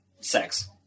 sex